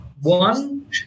one